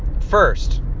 First